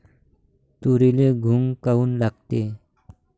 तुरीले घुंग काऊन लागते?